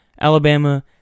Alabama